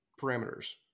parameters